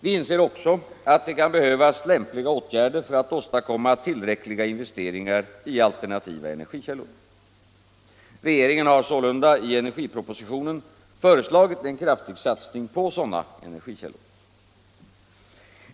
Vi inser också att det kan behövas lämpliga åtgärder för att åstadkomma tillräckliga investeringar i alternativa energikällor. Regeringen har sålunda i energipropositionen föreslagit en kraftig satsning på sådana energikällor.